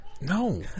No